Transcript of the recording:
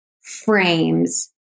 frames